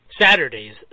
Saturdays